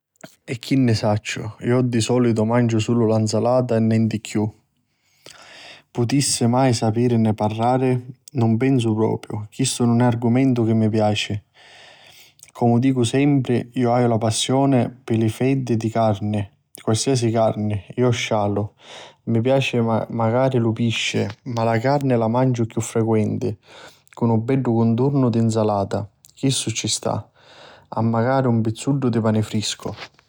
E chi ni sacciu, iu di solitu manciu sulu la nsalata e nenti chiù. Putissi mai sapirini parrari? Nun pensu propriu, chistu nun è argumentu chi mi piaci. Comu dicu sempri iu haiu la passioni pi li feddi di carni, qualsiasi carni, iu scialu. Mi piaci macari lu pisci ma la carni la manciu chiù friquenti cu lu beddu cuntornu di nsalata. Chistu ci sta, e macari un pizzuddu di pani friscu.